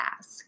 ask